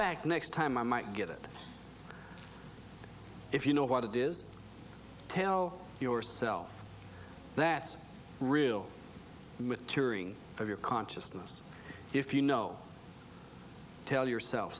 back next time i might get it if you know what it is tell yourself that real maturing of your consciousness if you know tell yourself